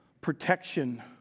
protection